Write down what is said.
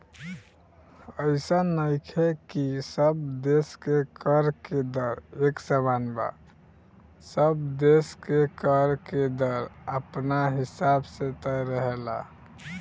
अइसन नइखे की सब देश के कर के दर एक समान बा सब देश के कर के दर अपना हिसाब से तय रहेला